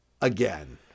again